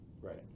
Right